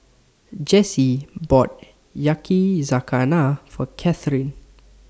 Jessy bought Yakizakana For Katherin